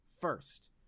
first